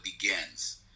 begins